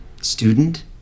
Student